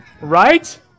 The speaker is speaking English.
Right